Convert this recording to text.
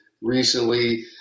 recently